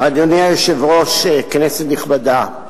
1 3. אדוני היושב-ראש, כנסת נכבדה,